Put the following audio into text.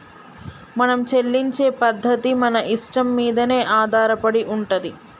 మనం చెల్లించే పద్ధతి మన ఇష్టం మీదనే ఆధారపడి ఉంటది